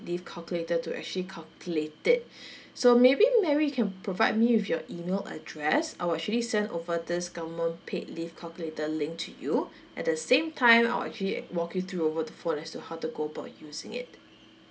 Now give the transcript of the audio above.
leave calculator to actually calculate it so maybe mary you can provide me with your email address I'll actually send over this government paid leave calculator link to you at the same time I'll actually walk you through over the phone as to how to go about using it